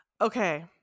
Okay